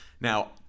Now